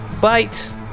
bites